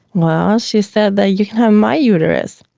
well, she said that, you can have my uterus,